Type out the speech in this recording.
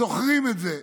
זוכרים את זה.